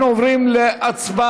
אנחנו עוברים להצבעה.